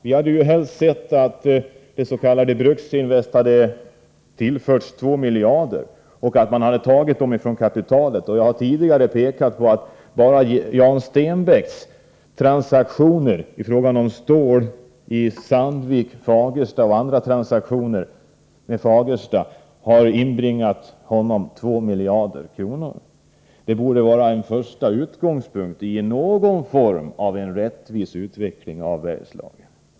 Vi hade ju helst sett att det s.k. Bruksinvest hade tillförts 2 miljarder och att man hade tagit dem från kapitalet. Jag har tidigare pekat på att bara Jan Stenbecks transaktioner i fråga om stål i Sandviken och Fagersta och andra transaktioner med Fagersta har inbringat honom 2 miljarder. Det borde vara en första utgångspunkt att de pengarna satsas för att få till stånd en rättvis utveckling av Bergslagen.